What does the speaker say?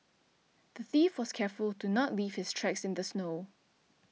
the thief was careful to not leave his tracks in the snow